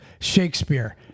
Shakespeare